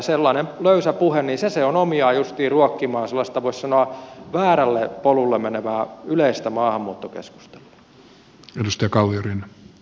sellainen löysä puhe on omiaan justiin ruokkimaan sellaista voisi sanoa väärälle polulle menevää yleistä maahanmuuttokeskustelua